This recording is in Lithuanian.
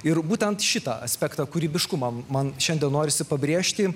ir būtent šitą aspektą kūrybiškumą man šiandien norisi pabrėžti